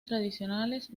tradicionales